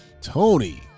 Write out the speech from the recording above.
Tony